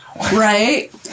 Right